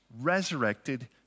resurrected